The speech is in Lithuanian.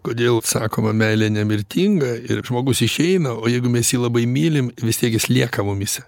kodėl sakoma meilė nemirtinga ir žmogus išeina o jeigu mes jį labai mylim vis tiek jis lieka mumyse